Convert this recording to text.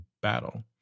battle